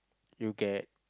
you get